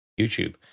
YouTube